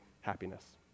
happiness